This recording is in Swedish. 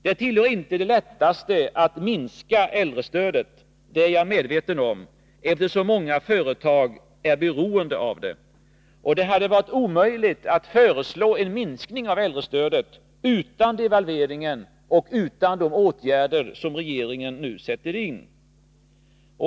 Det tillhör inte det lättaste att minska äldrestödet — det är jag medveten om — eftersom många företag är beroende av det. Och det hade varit omöjligt att föreslå en minskning av äldrestödet utan att genomföra devalveringen och utan att vidta de åtgärder som regeringen nu sätter in.